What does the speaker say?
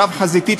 רב-חזיתית,